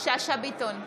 שאשא ביטון,